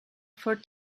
for